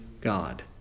God